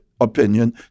opinion